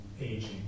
aging